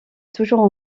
toujours